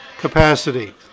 capacity